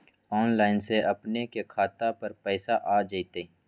Online से अपने के खाता पर पैसा आ तई?